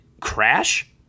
Crash